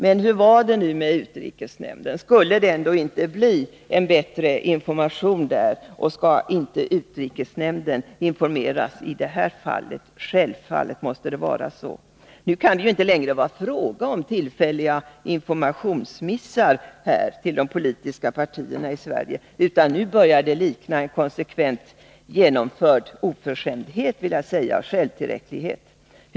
Men hur var det nu med utrikesnämnden — skulle det inte bli en bättre information där? Skall inte utrikesnämnden informeras i det här fallet? Självfallet måste det vara så. Nu kan det ju inte längre vara fråga om tillfälliga informationsmissar när det gäller de politiska partierna i Sverige, utan nu börjar det likna en konsekvent genomförd oförskämdhet och självtillräcklighet från regeringens sida.